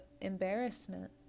embarrassment